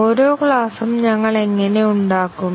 ഓരോ ക്ലാസ്സും ഞങ്ങൾ എങ്ങനെ ഉണ്ടാക്കും